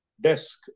desk